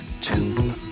two